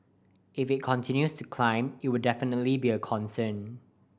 if it continues to climb it will definitely be a concern